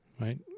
right